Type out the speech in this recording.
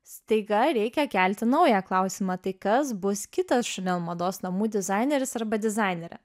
staiga reikia kelti naują klausimą tai kas bus kitas chanel mados namų dizaineris arba dizainerė